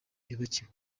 yubakiwe